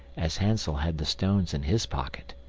as hansel had the stones in his pocket.